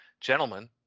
gentlemen